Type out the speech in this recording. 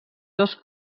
dos